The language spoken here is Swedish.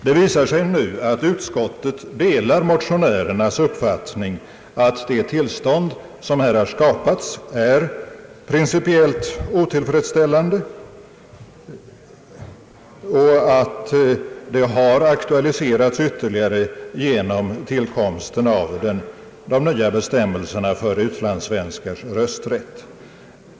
Det visar sig nu att utskottet delar motionärernas uppfattning att det tillstånd som här har skapats är princi piellt otillfredställande och att frågan har aktualiserats ytterligare genom tillkomsten av de nya bestämmelserna för utlandssvenskars = rösträtt.